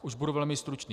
Už budu velmi stručný.